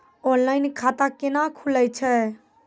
Online खाता केना खुलै छै?